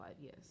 yes